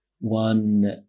one